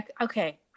okay